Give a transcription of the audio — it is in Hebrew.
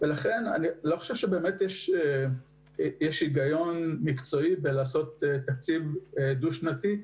אני לא חושב שיש היגיון מקצועי בתקציב שנתי,